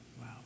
Wow